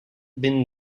been